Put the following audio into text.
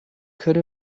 could